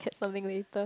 add something later